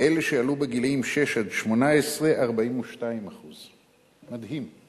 אלה שעלו בגילים שש עד 18, 42%. מדהים.